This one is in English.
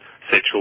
sexual